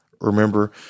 Remember